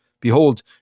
Behold